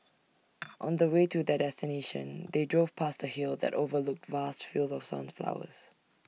on the way to their destination they drove past A hill that overlooked vast fields of sunflowers